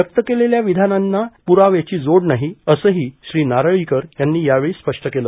व्यक्त केलेल्या विषानांना पुराव्याची जोड नाही असंही श्री नारळीकर यांनी यावेळी स्पष्ट केलं